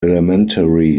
elementary